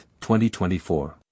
2024